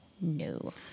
No